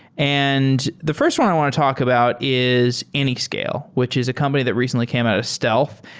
and the fi rst one i want to talk about is anyscale, which is a company that recently came out of stealth,